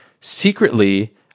Secretly